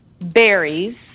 berries